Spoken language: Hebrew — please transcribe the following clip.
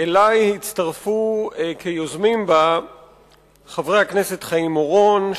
והצטרפו אלי כיוזמים חברי הכנסת חיים אורון,